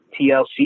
TLC